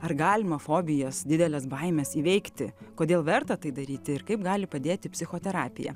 ar galima fobijas dideles baimes įveikti kodėl verta tai daryti ir kaip gali padėti psichoterapija